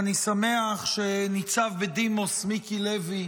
ואני שמח שניצב בדימוס מיקי לוי,